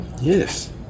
Yes